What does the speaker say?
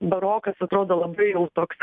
barokas atrodo labai jau toks